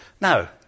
Now